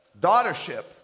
daughtership